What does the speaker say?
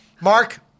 Mark